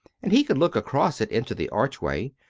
and he could look across it into the archway,